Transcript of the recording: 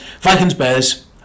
Vikings-Bears